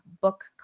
book